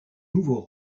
nouveau